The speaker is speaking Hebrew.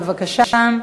בבקשה.